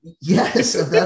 Yes